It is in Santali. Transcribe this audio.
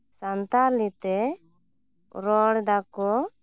ᱥᱟᱱᱛᱟᱞᱤ ᱛᱮ ᱨᱚᱲ ᱮᱫᱟᱠᱚ